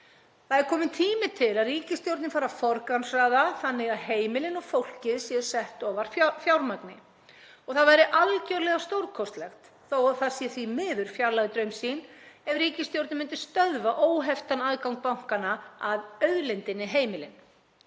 Það er kominn tími til að ríkisstjórnin fari að forgangsraða þannig að heimilin og fólkið sé sett ofar fjármagni. Og það væri algerlega stórkostlegt þó að það sé því miður fjarlæg draumsýn, ef ríkisstjórnin myndi stöðva óheftan aðgang bankanna að auðlindinni heimilunum